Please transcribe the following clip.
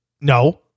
No